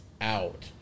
out